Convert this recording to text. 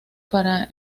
para